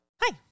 Hi